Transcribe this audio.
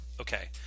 okay